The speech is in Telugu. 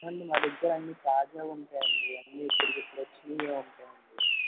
ఏమండి మా దగ్గర అన్ని తాజావి ఉంటాయి అండి అన్ని ఇప్పటికీ ఇప్పుడు వచ్చినవే ఉంటాయి అండి